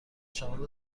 شامل